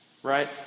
Right